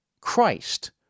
Christ